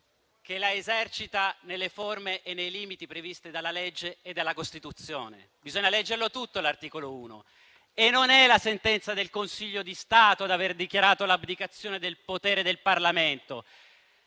che la esercita nelle forme e nei limiti previsti dalla legge e dalla Costituzione. Bisogna leggerlo tutto l'articolo 1 e non è la sentenza del Consiglio di Stato ad aver dichiarato l'abdicazione del potere del Parlamento.